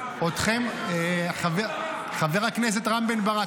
--- שום דבר --- חבר הכנסת רם בן ברק,